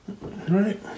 Right